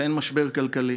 והן משבר כלכלי.